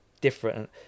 different